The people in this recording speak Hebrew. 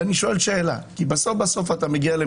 שמרת שבעה נקיים,